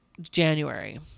January